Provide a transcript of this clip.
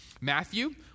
Matthew